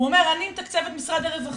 הוא אומר 'אני מתקצב את משרד הרווחה,